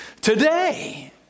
Today